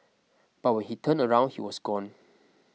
but when he turned around he was gone